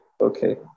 okay